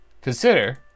consider